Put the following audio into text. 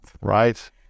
Right